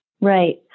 Right